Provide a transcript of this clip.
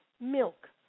milk